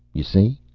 you see?